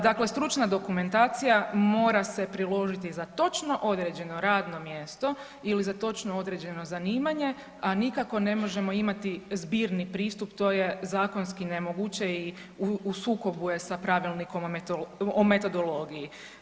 Dakle, stručna dokumentacija mora se priložiti za točno određeno radno mjesto ili za točno određeno zanimanje, a nikako ne možemo imati zbirni pristup, to je zakonski nemoguće i u sukobu je sa Pravilnikom o metodologiji.